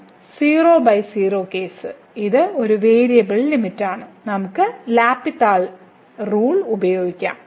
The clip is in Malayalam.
0 ബൈ 0 കേസ് ഇത് ഒരു വേരിയബിൾ ലിമിറ്റാണ് നമുക്ക് എൽ ഹോസ്പിറ്റൽ ഉപയോഗിക്കാം